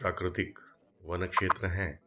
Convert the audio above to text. प्राक्रतिक वन क्षेत्र हैं